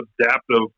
adaptive